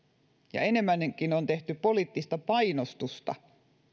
ja enemmänkin on tehty poliittista painostusta